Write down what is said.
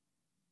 ההצעה